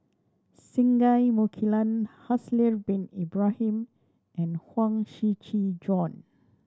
Singai Mukilan Haslir Bin Ibrahim and Huang Shiqi Joan